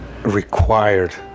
required